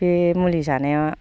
बे मुलि जानाया